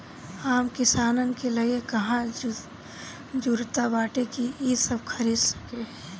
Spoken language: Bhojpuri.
आम किसानन के लगे कहां जुरता बाटे कि इ सब खरीद सके